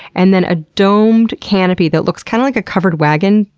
and then a domed canopy that looks kinda like a covered wagon,